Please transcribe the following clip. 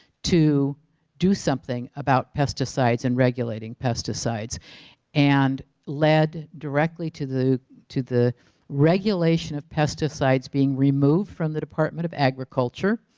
to do something about pesticides and regulating pesticides and led directly to the to the regulation of pesticides being removed from the department of agriculture